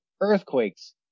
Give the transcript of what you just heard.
earthquakes